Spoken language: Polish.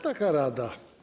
Taka rada.